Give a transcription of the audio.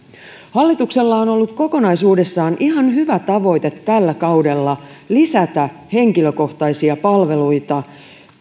hallituksella on ollut kokonaisuudessaan ihan hyvä tavoite tällä kaudella lisätä henkilökohtaisia palveluita